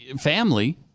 family